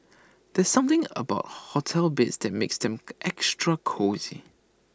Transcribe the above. there's something about hotel beds that makes them extra cosy